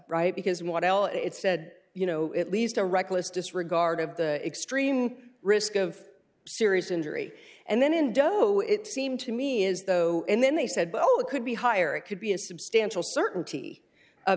right because what l it's said you know at least a reckless disregard of the extreme risk of serious injury and then indo it seemed to me is though and then they said well it could be higher or it could be a substantial certainty of